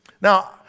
Now